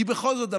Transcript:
כי בכל זאת,